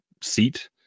seat